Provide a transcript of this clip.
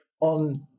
on